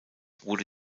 wurde